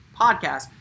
podcast